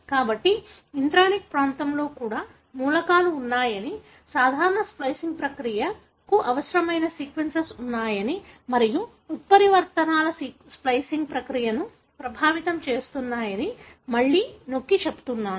కాబట్టి ఇంట్రానిక్ ప్రాంతంలో కూడా మూలకాలు ఉన్నాయని సాధారణ స్ప్లికింగ్ ప్రక్రియకు అవసరమైన సీక్వెన్స్ ఉన్నాయని మరియు ఉత్పరివర్తనలు స్ప్లికింగ్ ప్రక్రియను ప్రభావితం చేస్తాయని మళ్లీ నొక్కిచెప్తున్నాను